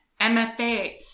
MFA